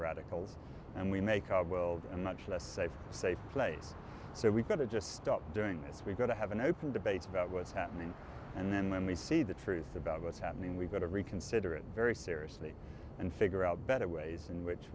radicals and we make up world much less safe safe place so we've got to just stop doing this we've got to have an open debate about what's happening and then when we see the truth about what's happening we've got to reconsider it very seriously and figure out better ways in which